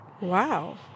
Wow